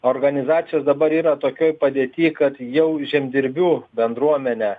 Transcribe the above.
organizacijos dabar yra tokioj padėty kad jau žemdirbių bendruomenė